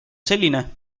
selline